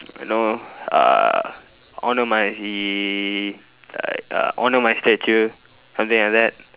you know uh on to my he uh on to my statue something like that